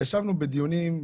ישבנו בדיונים,